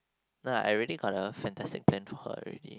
like I really got a fantastic plan for her already